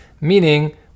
meaning